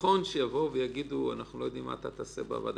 נכון שיבואו ויגידו: אנחנו לא יודעים מה אתה תעשה בוועדה,